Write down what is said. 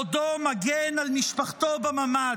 בעודו מגן על משפחתו בממ"ד.